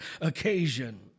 occasion